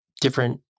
different